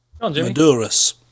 Maduras